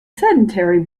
sedentary